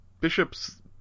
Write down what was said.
bishops